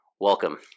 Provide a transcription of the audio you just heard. Welcome